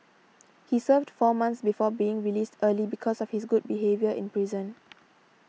he served four months before being released early because of his good behaviour in prison